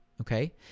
okay